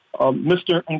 Mr